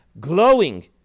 glowing